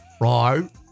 right